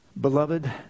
Beloved